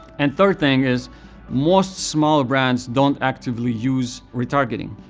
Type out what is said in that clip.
and third thing is most small brands don't actively use retargeting.